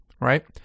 right